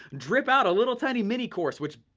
drip out a little, tiny, mini course, which,